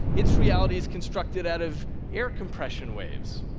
its reality is constructed out of air compression waves.